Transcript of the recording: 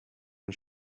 and